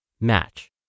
match